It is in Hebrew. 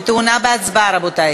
טעונה הצבעה, רבותי.